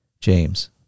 James